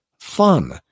fun